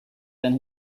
than